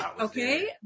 Okay